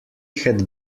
had